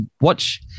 watch